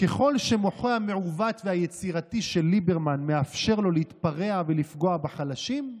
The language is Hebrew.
ככל שמוחו המעוות והיצירתי של ליברמן מאפשר לו להתפרע ולפגוע בחלשים,